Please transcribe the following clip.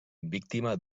víctima